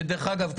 שדרך אגב,